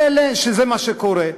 פלא, שזה מה שקורה.